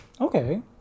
Okay